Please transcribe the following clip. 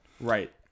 Right